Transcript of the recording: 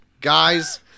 Guys